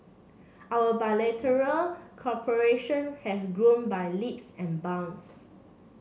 our bilateral cooperation has grown by leaps and bounds